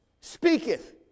speaketh